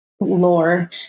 lore